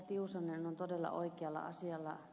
tiusanen on todella oikealla asialla